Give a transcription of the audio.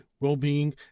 well-being